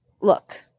Look